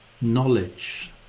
knowledge